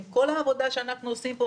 עם כל העבודה שאנחנו עושים פה,